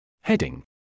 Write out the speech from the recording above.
Heading